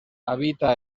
habita